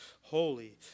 holy